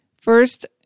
First